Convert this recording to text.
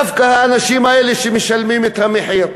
דווקא האנשים האלה משלמים את המחיר.